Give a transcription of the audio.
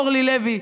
אורלי לוי,